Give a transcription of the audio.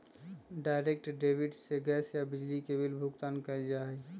direct debit से gas या बिजली के बिल भुगतान कइल जा हई